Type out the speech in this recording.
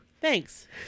Thanks